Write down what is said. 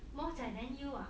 more 哉 than you ah